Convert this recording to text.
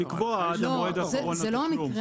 לקבוע מועד אחרון לתשלום.